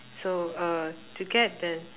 so uh to get the